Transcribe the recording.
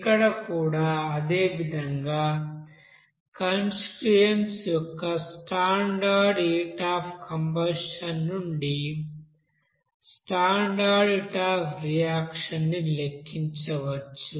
ఇక్కడ కూడా అదే విధంగా కాన్స్టిట్యూయెంట్స్ యొక్క స్టాండర్డ్ హీట్ అఫ్ కంబషన్ నుండి స్టాండర్డ్ హీట్ అఫ్ రియాక్షన్ ని లెక్కించవచ్చు